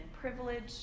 privilege